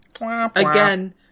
Again